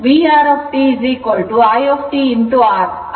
VR t i t R ಅಂದರೆ R 10 Ω ಆಗಿದ್ದು 7